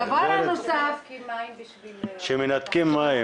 כשמנתקים מים,